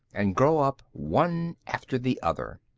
and grow up one after the other.